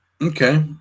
Okay